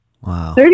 Wow